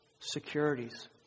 securities